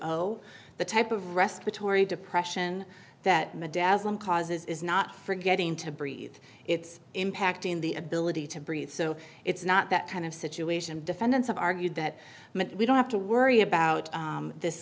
zero the type of respiratory depression that medallion causes is not forgetting to breathe it's impacting the ability to breathe so it's not that kind of situation defendants argued that we don't have to worry about this